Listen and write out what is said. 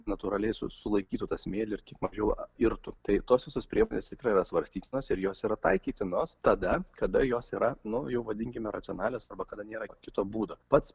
natūraliai sulaikytų tą smėlįmažiau irtų tai tos visos priemonės tikrai yra svarstytinos ir jos yra taikytinos tada kada jos yranu jau vadinkime racionalios arba kada nėra kito būdo pats